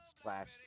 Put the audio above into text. slash